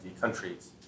countries